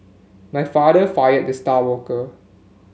my father fired the star worker